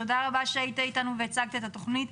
תודה רבה שהיית אתנו והצגת את התוכנית.